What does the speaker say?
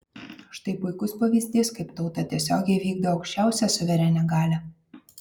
štai puikus pavyzdys kaip tauta tiesiogiai vykdo aukščiausią suverenią galią